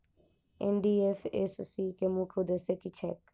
NDFSC केँ मुख्य उद्देश्य की छैक?